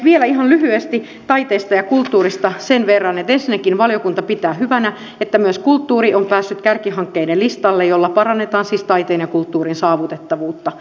vielä ihan lyhyesti taiteesta ja kulttuurista sen verran että ensinnäkin valiokunta pitää hyvänä että myös kulttuuri on päässyt kärkihankkeeksi jolla parannetaan siis taiteen ja kulttuurin saavutettavuutta